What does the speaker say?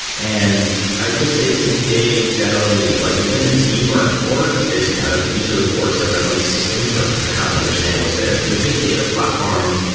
and i would say today, generally, like within a team or an org, kind of each of those orgs has their own system for for how to understand what's there. for the big data platform,